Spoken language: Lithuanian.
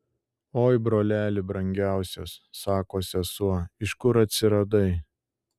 oi broleli brangiausias sako sesuo iš kur atsiradai